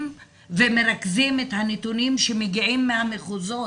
ומרכזים את הנתונים שמגיעים מהמחוזות.